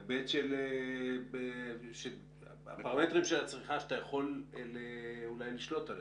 בהיבט הפרמטרים של הצריכה שאתה יכול אולי לשלוט עליהם.